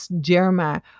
Jeremiah